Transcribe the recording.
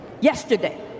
yesterday